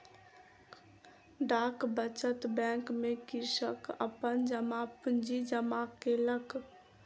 डाक बचत बैंक में कृषक अपन जमा पूंजी जमा केलक